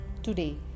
Today